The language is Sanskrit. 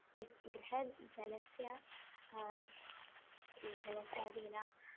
गृहजनस्य जनस्यादीनां